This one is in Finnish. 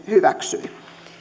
hyväksyi